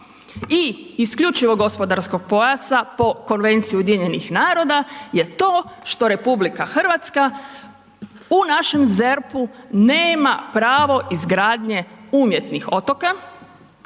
i isključivog gospodarskog pojasa po Konvenciji UN-a je to što RH u našem ZERP-u nema pravo izgradnje umjetnih otoka